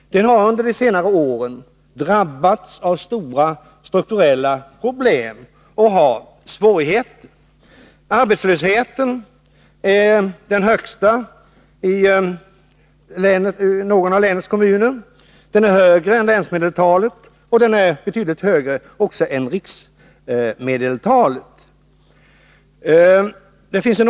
Den har under senare år drabbats av stora strukturella problem och har svårigheter. Arbetslösheten är den högsta i någon av länets kommuner, den är högre än länsmedeltalet och betydligt högre än riksmedeltalet.